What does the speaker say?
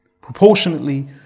Proportionately